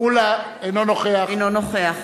אינו נוכח